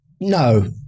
No